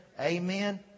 Amen